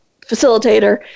facilitator